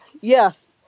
yes